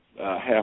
half